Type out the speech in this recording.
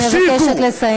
אני מבקשת לסיים.